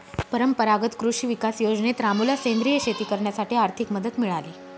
परंपरागत कृषी विकास योजनेत रामूला सेंद्रिय शेती करण्यासाठी आर्थिक मदत मिळाली